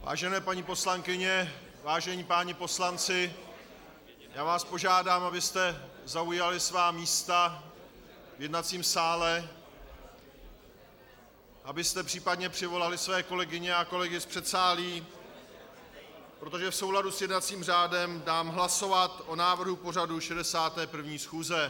Vážené paní poslankyně, vážení páni poslanci, požádám vás, abyste zaujali svá místa v jednacím sále, abyste případně přivolali své kolegyně a kolegy z předsálí, protože v souladu s jednacím řádem dám hlasovat o návrhu pořadu 61. schůze.